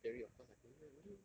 theory of course I finish ah